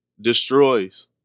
destroys